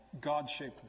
God-shaped